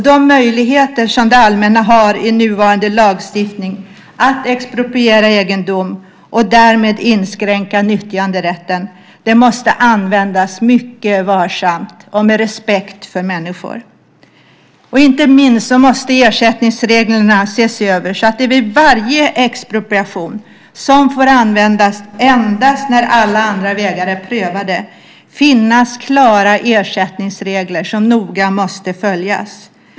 De möjligheter som det allmänna har i nuvarande lagstiftning att expropriera egendom och därmed inskränka nyttjanderätten måste användas mycket varsamt och med respekt för människor. Inte minst måste ersättningsreglerna ses över så att det vid varje expropriation, som får användas endast när alla andra vägar är prövade, finns klara ersättningsregler som noga måste följas.